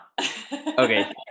Okay